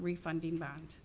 refunding bond